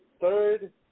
third